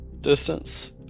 distance